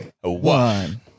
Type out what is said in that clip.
one